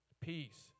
Peace